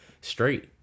straight